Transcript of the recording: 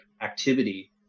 activity